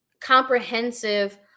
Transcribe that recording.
comprehensive